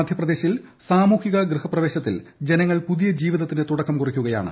മധ്യപ്രദേശിൽ സമൂഹിക ഗൃഹപ്രവേശനത്തിൽ ജനങ്ങൾ പുതിയ ജീവിതത്തിന് തുടക്കം കുറിക്കുകയാണ്